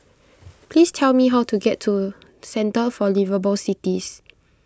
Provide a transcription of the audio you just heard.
please tell me how to get to Centre for Liveable Cities